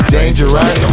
Dangerous